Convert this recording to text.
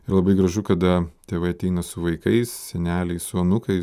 ir labai gražu kada tėvai ateina su vaikais seneliai su anūkais